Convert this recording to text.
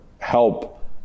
help